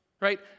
Right